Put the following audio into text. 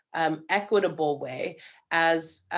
um, equitable way as, ah,